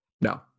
No